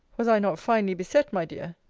was i not finely beset, my dear?